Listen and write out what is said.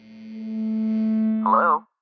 Hello